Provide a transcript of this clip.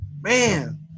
Man